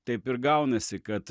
taip ir gaunasi kad